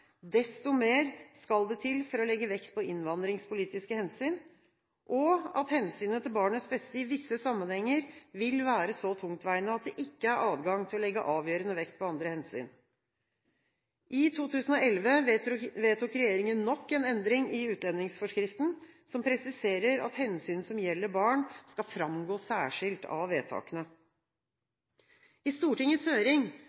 desto mer skal det til for å legge vekt på innvandringspolitiske hensyn, og hensynet til barnets beste vil i visse sammenhenger være så tungtveiende at det ikke er adgang til å legge avgjørende vekt på andre hensyn. I 2011 vedtok regjeringen nok en endring i utlendingsforskriften, som presiserer at hensyn som gjelder barn, skal framgå særskilt av vedtakene. I Stortingets høring